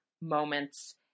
moments